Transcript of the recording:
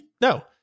No